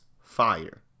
fire